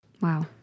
Wow